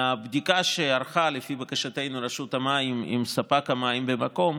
מהבדיקה שערכה לפי בקשתנו רשות המים עם ספק המים במקום,